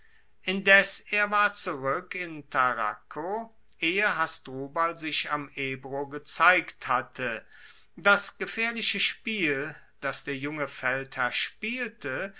indes er war zurueck in tarraco ehe hasdrubal sich am ebro gezeigt hatte das gefaehrliche spiel das der junge feldherr spielte